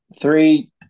Three